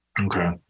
Okay